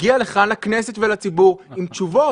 תגיע לכאן לכנסת ולציבור עם תשובות.